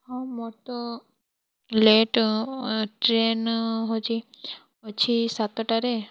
ହଁ ମୋର ତ ଲେଟ୍ ଟ୍ରେନ୍ ହଉଛି ଅଛି ସାତଟାରେ